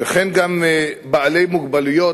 וכן גם בעלי מוגבלויות,